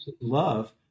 love